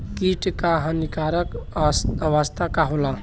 कीट क हानिकारक अवस्था का होला?